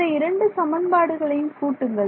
இந்த இரண்டு சமன்பாடுகளையும் கூட்டுங்கள்